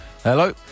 Hello